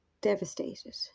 devastated